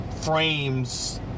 frames